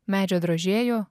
medžio drožėju